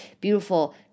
beautiful